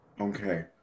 Okay